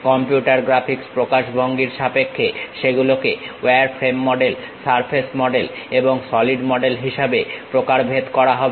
computer graphics প্রকাশভঙ্গির সাপেক্ষে সেগুলোকে ওয়ারফ্রেম মডেল সারফেস মডেল এবং সলিড মডেল হিসাবে প্রকারভেদ করা হবে